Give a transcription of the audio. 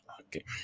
Okay